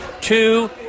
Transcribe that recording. Two